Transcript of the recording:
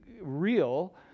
real